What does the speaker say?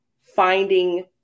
finding